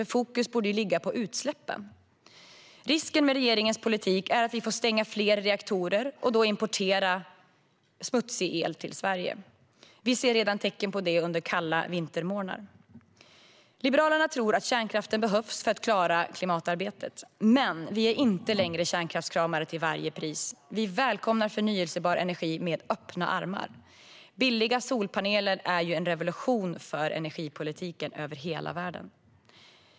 Fokus borde ju ligga på utsläppen. Risken med regeringens politik är att vi får stänga fler reaktorer och importera smutsig el till Sverige. Vi ser redan tecken på detta under kalla vinterdagar. Liberalerna tror att kärnkraften behövs för att vi ska klara klimatarbetet, men vi är inte längre kärnkraftskramare till varje pris. Vi välkomnar förnybar energi med öppna armar. Billiga solpaneler är en revolution för energipolitiken över hela världen.